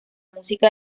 música